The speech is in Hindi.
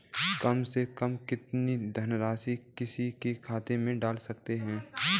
कम से कम कितनी धनराशि किसी के खाते में डाल सकते हैं?